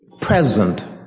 present